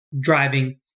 driving